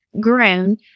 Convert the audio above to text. grown